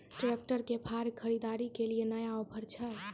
Tractor के फार खरीदारी के लिए नया ऑफर छ?